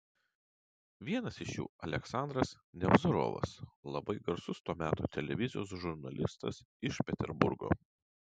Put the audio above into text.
vienas iš jų aleksandras nevzorovas labai garsus to meto televizijos žurnalistas iš peterburgo